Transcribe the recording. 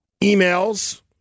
emails